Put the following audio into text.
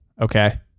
Okay